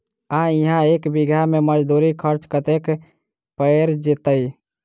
आ इहा एक बीघा मे मजदूरी खर्च कतेक पएर जेतय?